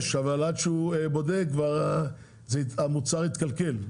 יש, אבל עד שהוא בודק, המוצר כבר התקלקל.